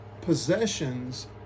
Possessions